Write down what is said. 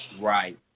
Right